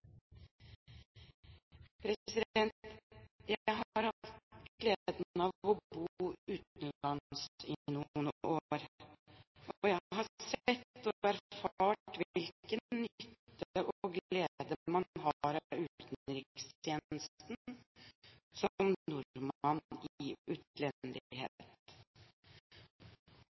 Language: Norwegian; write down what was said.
Jeg har hatt gleden av å bo utenlands i noen år, og jeg har sett og erfart hvilken nytte og glede man som nordmann i utlendighet har av utenrikstjenesten. Det